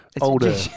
older